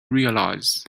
realized